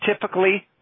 typically